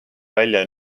välja